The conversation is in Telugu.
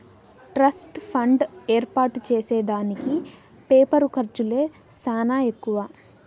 ట్రస్ట్ ఫండ్ ఏర్పాటు చేసే దానికి పేపరు ఖర్చులే సానా ఎక్కువ